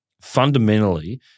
fundamentally